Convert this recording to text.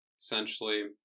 essentially